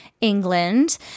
England